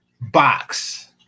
box